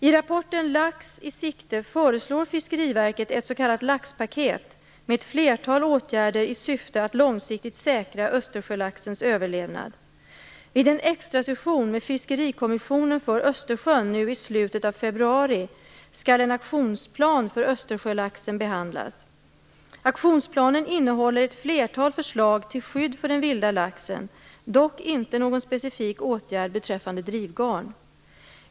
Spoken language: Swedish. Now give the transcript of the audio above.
I rapporten Lax i sikte föreslår Fiskeriverket ett s.k. laxpaket med ett flertal åtgärder i syfte att långsiktigt säkra östersjölaxens överlevnad. Vid en extrasession med Fiskerikommissionen för Östersjön nu i slutet av februari skall en aktionsplan för Östersjölaxen behandlas. Aktionsplanen innehåller ett flertal förslag till skydd för den vilda laxen, dock inte någon specifik åtgärd beträffande drivgarn.